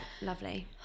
lovely